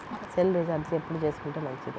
Cell recharge ఎప్పుడు చేసుకొంటే మంచిది?